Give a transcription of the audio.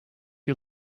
you